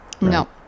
No